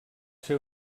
ser